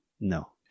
no